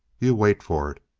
you wait for it!